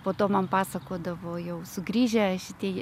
po to man pasakodavo jau sugrįžę šitie